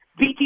vt